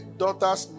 daughters